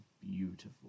beautiful